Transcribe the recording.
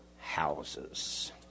houses